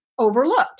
Overlooked